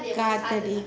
காத்தாடி:katthadi